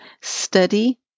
study